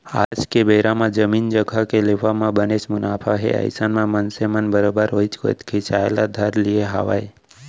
आज के बेरा म जमीन जघा के लेवब म बनेच मुनाफा हे अइसन म मनसे मन बरोबर ओइ कोइत खिंचाय ल धर लिये हावय